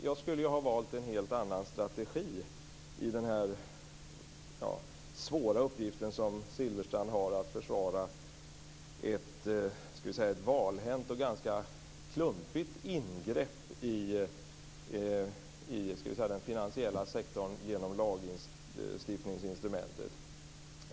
Jag skulle ha valt en helt annan strategi i den svåra uppgift som Silfverstrand har att försvara ett valhänt och ganska klumpigt ingrepp i den finansiella sektorn genom lagstiftningsinstrumentet.